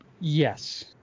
Yes